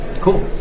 Cool